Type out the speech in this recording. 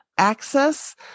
Access